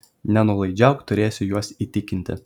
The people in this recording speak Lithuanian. nenuolaidžiauk turėsi juos įtikinti